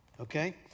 Okay